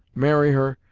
marry her,